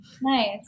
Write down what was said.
nice